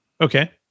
Okay